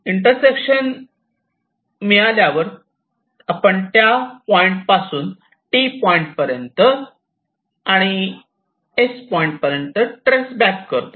intersection मिळाल्यावर आपण त्या पॉईंट पासून T पॉइंट पर्यंत आणि S पॉइंट पर्यंत ट्रेस बॅक करतो